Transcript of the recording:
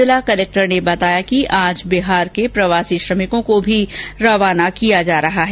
जिला कलेक्टर ने बताया कि आज बिहार के प्रवासी श्रमिकों को भी रवाना किया जा रहा है